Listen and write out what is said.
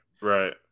right